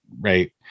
right